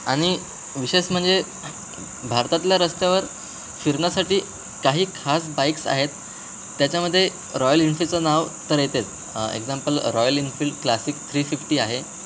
आणि विशेष म्हणजे भारतातल्या रस्त्यावर फिरण्यासाठी काही खास बाईक्स आहेत त्याच्यामध्ये रॉयल इन्फिल्डचं नाव तर येतेच example Royal Enfield Classic three fifty आहे